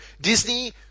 Disney